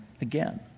again